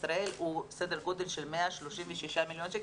ישראל הוא סדר גודל של 136,000,000 ₪,